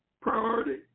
priority